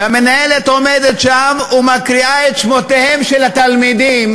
והמנהלת עומדת שם ומקריאה את שמותיהם של התלמידים